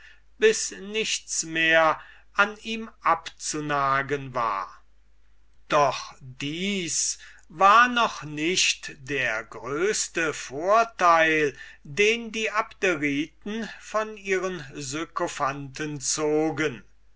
bis nichts mehr an ihm zu saugen übrig war doch dies war noch nicht der größte vorteil den die abderiten von ihren sykophanten zogen